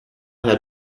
had